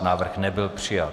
Návrh nebyl přijat.